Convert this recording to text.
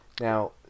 now